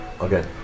okay